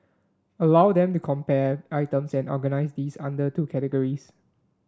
allow them to compare items and organise these under the two categories